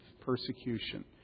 persecution